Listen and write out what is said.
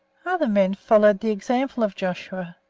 other men followed the example of joshua,